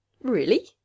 Really